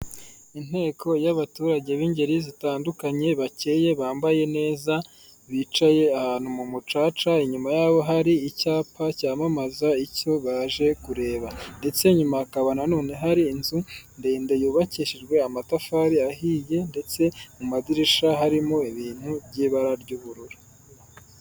Inteko y'abaturage b'ingeri zitandukanye bacyeye, bambaye neza bicaye ahantu mu mucaca inyuma y'aho hari icyapa cyamamaza icyo baje kureba, ndetse nyuma hakaba na none hari inzu ndende yubakishijwe amatafari ahiye ndetse mu madirishya harimo ibintu by'ibara ry'ubururu.